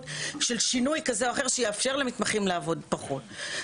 של שינוי כזה או אחר שיאפשר למתמחים לעבוד פחות.